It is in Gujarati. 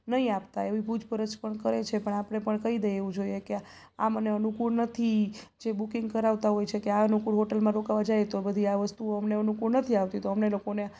નહીં આપતા એવી પૂછપરછ પણ કરે છે પણ આપણે પણ કહીં દેવું જોઈએ કે આ મને અનુકૂળ નથી જે બુકિંગ કરાવતા હોય છે કે આ અનુકૂળ હોટલમાં રોકાવા જઈએ તો બધી આ વસ્તુઓ અમને અનુકૂળ નથી આવતી તો અમને લોકોને